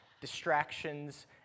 distractions